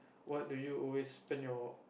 what do you always spend you